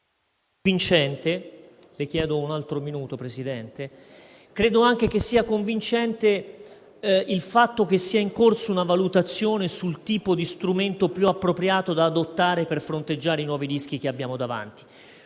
importanti. Ritengo anche convincente il fatto che sia in corso una valutazione sul tipo di strumento più appropriato da adottare per fronteggiare i nuovi rischi che abbiamo davanti.